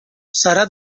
serà